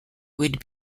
would